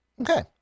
Okay